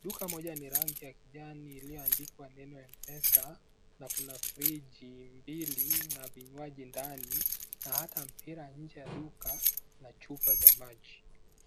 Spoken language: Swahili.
Duka moja ni rangi ya kijani ilioandikwa neno M-PESA na kuna friji mbili na vinywaji ndani na ata mpira nje ya duka na chupa za maji.